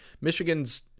Michigan's